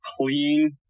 clean